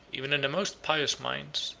even in the most pious minds,